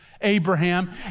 Abraham